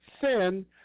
Sin